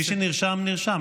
מי שנרשם, נרשם.